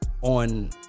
On